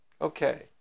Okay